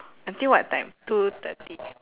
until what time two thirty